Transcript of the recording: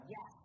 Yes